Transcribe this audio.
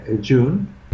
June